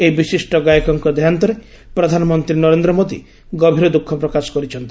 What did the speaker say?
ଏହି ବିଶିଷ୍ଟ ଗାୟକଙ୍କ ଦେହାନ୍ତରେ ପ୍ରଧାନମନ୍ତ୍ରୀ ନରେନ୍ଦ୍ର ମୋଦୀ ଗଭୀର ଦୁଃଖ ପ୍ରକାଶ କରିଛନ୍ତି